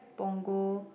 Punggol